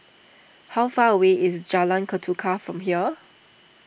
how far away is Jalan Ketuka from here